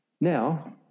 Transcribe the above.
Now